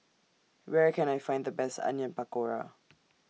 Where Can I Find The Best Onion Pakora